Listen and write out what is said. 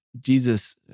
Jesus